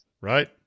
Right